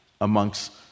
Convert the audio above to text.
amongst